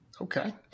Okay